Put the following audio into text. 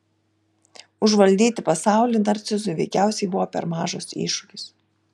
užvaldyti pasaulį narcizui veikiausiai buvo per mažas iššūkis